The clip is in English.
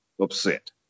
upset